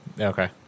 Okay